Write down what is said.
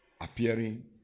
appearing